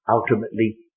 ultimately